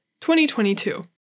2022